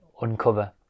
uncover